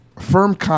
firm